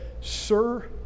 Sir